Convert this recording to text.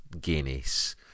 Guinness